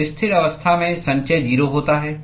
तो स्थिर अवस्था में संचय 0 होता है